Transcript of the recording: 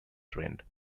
trend